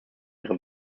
ihre